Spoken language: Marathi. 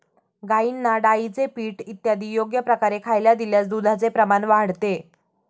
गाईंना डाळीचे पीठ इत्यादी योग्य प्रकारे खायला दिल्यास दुधाचे प्रमाण वाढते